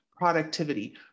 productivity